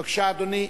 בבקשה, אדוני.